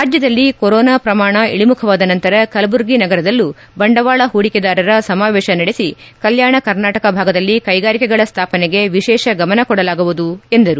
ರಾಜ್ಯದಲ್ಲಿ ಕೊರೊನಾ ಪ್ರಮಾಣ ಇಳಿಮುಖವಾದ ನಂತರ ಕಲಬುರಗಿ ನಗರದಲ್ಲೂ ಬಂಡವಾಳ ಹೂಡಿಕೆದಾರರ ಸಮಾವೇಶ ನಡೆಸಿ ಕಲ್ಯಾಣ ಕರ್ನಾಟಕ ಭಾಗದಲ್ಲಿ ಕೈಗಾರಿಕೆಗಳ ಸ್ವಾಪನೆಗೆ ವಿಶೇಷ ಗಮನ ಕೊಡಲಾಗುವುದು ಎಂದರು